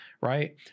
right